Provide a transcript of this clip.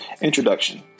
Introduction